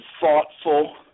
thoughtful